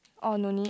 orh no need